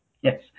Yes